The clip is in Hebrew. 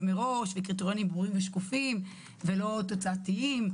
מראש וקריטריונים ברורים ושקופים ולא תוצאתיים,